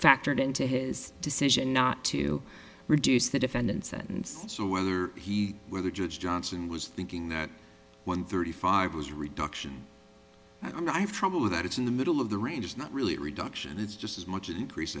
factored into his decision not to reduce the defendant's sentence so whether he whether judge johnson was thinking that one thirty five was reduction and i have trouble with that it's in the middle of the range is not really a reduction it's just as much increase